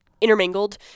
intermingled